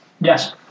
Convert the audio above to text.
Yes